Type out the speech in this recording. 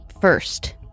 first